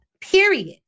period